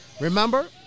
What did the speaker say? remember